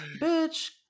bitch